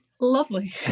Lovely